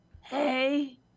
Hey